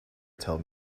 told